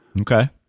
okay